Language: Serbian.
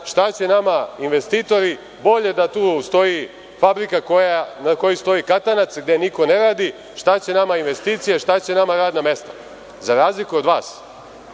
šta će nama investitori, bolje da tu stoji fabrika na kojoj stoji katanac, gde niko ne radi, šta će nama investicije, šta će nama radna mesta? Za razliku od vas